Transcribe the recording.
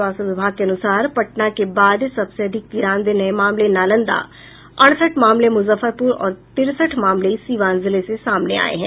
स्वास्थ्य विभाग के अनुसार पटना के बाद सबसे अधिक तिरानवे नये मामले नालंदा अड़सठ मामले मुजफ्फरपुर और तिरेसठ मामले सीवान जिले से सामने आये हैं